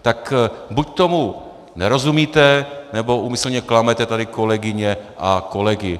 Tak buď tomu nerozumíte, nebo úmyslně klamete tady kolegyně a kolegy.